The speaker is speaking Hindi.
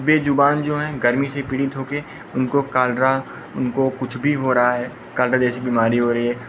बेज़ुबान जो हैं गर्मी से पीड़ित होकर उनको कालरा उनको कुछ भी हो रहा है कालरा जैसी बीमारी हो रही है